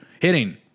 hitting